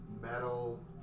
metal